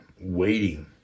waiting